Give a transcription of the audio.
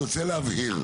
אני רוצה להבהיר,